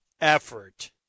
effort